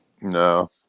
No